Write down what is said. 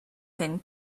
thin